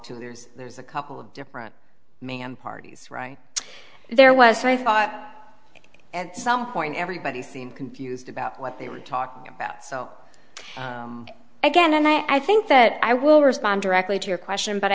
to there's there's a couple of different parties right there was i thought at some point everybody seemed confused about what they were talking about so again i think that i will respond directly to your question but